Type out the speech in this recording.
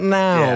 now